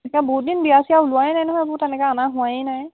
এতিয়া বহুতদিন বিয়া চিয়া ওলোৱাই নাই নহয় এইবোৰ তেনেকে অনা হোৱাই নাই